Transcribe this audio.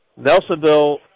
Nelsonville